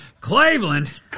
Cleveland